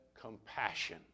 compassion